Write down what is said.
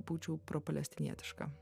būčiau propalestinietiška